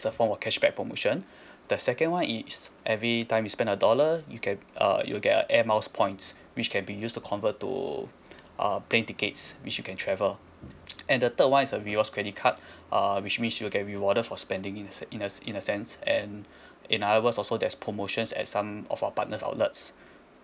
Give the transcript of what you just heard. as a form of cashback promotion the second [one] is every time you spend a dollar you can uh you'll get air miles points which can be used to convert to uh plane tickets which you can travel and the third [one] is the rewards credit card uh which means you get rewarded for spending in a in a in a sense and in other words also there's promotions at some of our partners outlets